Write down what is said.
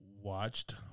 watched